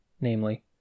namely